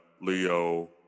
Leo